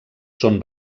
són